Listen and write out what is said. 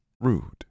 rude